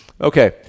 okay